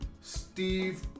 Steve